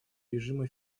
режима